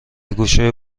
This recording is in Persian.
گوشه